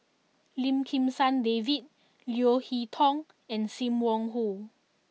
Lim Kim San David Leo Hee Tong and Sim Wong Hoo